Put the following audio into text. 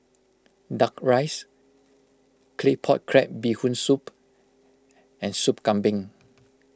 Duck Rice Claypot Crab Bee Hoon Soup and Sop Kambing